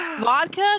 Vodka